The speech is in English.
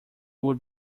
would